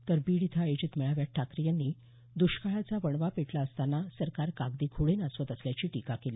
तर बीड इथं आयोजित मेळाव्यात ठाकरे यांनी दष्काळाचा वणवा पेटला असताना सरकार कागदी घोडे नाचवत असल्याची टीका केली